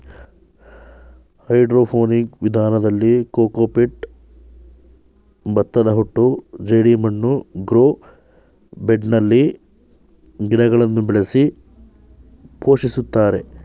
hydroponic ವಿಧಾನದಲ್ಲಿ cocopeat, ಭತ್ತದಹೊಟ್ಟು ಜೆಡಿಮಣ್ಣು ಗ್ರೋ ಬೆಡ್ನಲ್ಲಿ ಗಿಡಗಳನ್ನು ಬೆಳೆಸಿ ಪೋಷಿಸುತ್ತಾರೆ